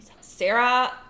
Sarah